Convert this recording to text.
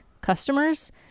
customers